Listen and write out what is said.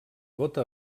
gota